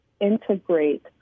integrate